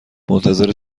منتظر